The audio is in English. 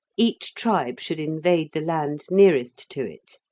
each tribe should invade the land nearest to it.